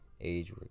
age